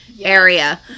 area